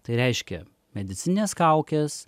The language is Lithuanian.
tai reiškia medicininės kaukės